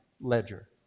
ledger